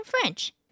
French